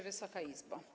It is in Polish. Wysoka Izbo!